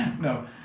No